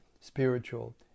spiritual